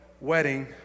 wedding